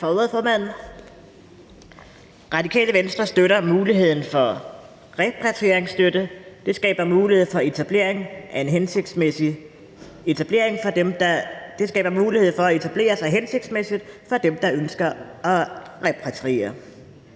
Radikale Venstre støtter muligheden for repatrieringsstøtte, da det skaber mulighed for at etablere sig hensigtsmæssigt for dem, der ønsker at repatriere.